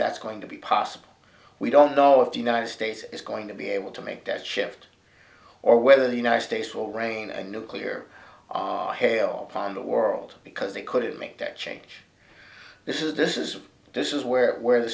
that's going to be possible we don't know if the united states is going to be able to make that shift or whether the united states will reign a nuclear are hale upon the world because they could make that change this is this is this is where where the